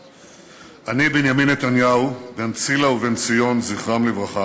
אני, בנימין נתניהו, בן צילה ובנציון, זכרם לברכה,